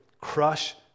crush